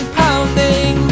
pounding